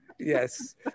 Yes